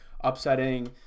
upsetting